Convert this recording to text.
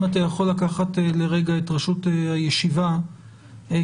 אם אתה יכול לקחת לרגע את ראשות הישיבה כדי